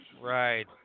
Right